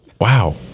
Wow